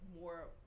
more